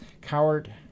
Coward